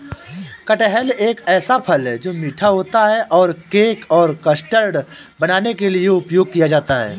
कटहल एक ऐसा फल है, जो मीठा होता है और केक और कस्टर्ड बनाने के लिए उपयोग किया जाता है